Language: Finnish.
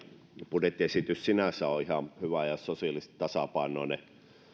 budjettiesitys sinänsä on ihan hyvä ja sosiaalisesti tasapainoinen on